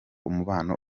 umubano